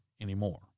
anymore